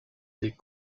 des